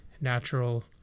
natural